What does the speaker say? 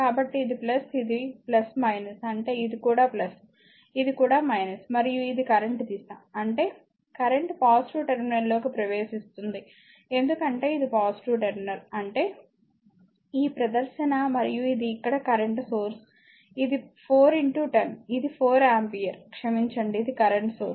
కాబట్టి ఇది ఇది అంటే ఇది కూడా ఇది కూడా మరియు ఇది కరెంట్ దిశ అంటే కరెంట్ పాజిటివ్ టెర్మినల్ లోకి ప్రవేశిస్తుంది ఎందుకంటే ఇది పాజిటివ్ టెర్మినల్ అంటే ఈ ప్రదర్శన మరియు ఇది ఇక్కడ కరెంట్ సోర్స్ ఇది 4 10 ఇది 4 ఆంపియర్ క్షమించండి ఇది కరెంట్ సోర్స్